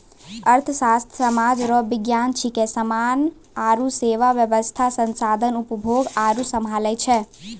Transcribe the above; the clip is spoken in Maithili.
अर्थशास्त्र सामाज रो विज्ञान छिकै समान आरु सेवा वेवस्था संसाधन उपभोग आरु सम्हालै छै